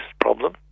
problem